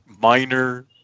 minor